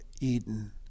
Eden